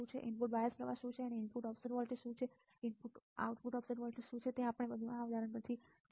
input bias પ્રવાહ શું છે અને ઇનપુટ ઓફસેટ વોલ્ટેજ શું છે અને આઉટપુટ ઓફસેટ વોલ્ટેજ શું છે તે આ ઉદાહરણમાંથી આપણે જોયું છે